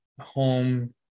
home